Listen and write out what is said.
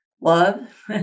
Love